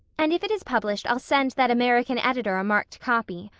and if it is published i'll send that american editor a marked copy.